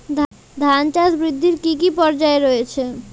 ধান চাষ বৃদ্ধির কী কী পর্যায় রয়েছে?